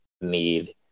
need